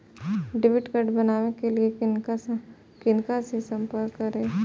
Debit card बनावे के लिए किनका से संपर्क करी?